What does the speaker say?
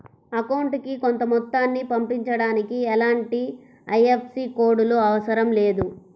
అకౌంటుకి కొంత మొత్తాన్ని పంపించడానికి ఎలాంటి ఐఎఫ్ఎస్సి కోడ్ లు అవసరం లేదు